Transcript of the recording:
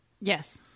Yes